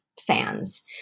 fans